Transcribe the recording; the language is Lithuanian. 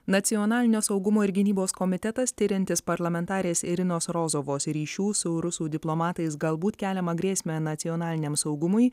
nacionalinio saugumo ir gynybos komitetas tiriantis parlamentarės irinos rozovos ryšių su rusų diplomatais galbūt keliamą grėsmę nacionaliniam saugumui